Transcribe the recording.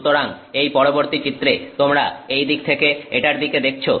সুতরাং এই পরবর্তী চিত্রে তোমরা এই দিক থেকে এটার দিকে দেখছ